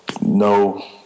no